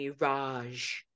Mirage